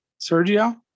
Sergio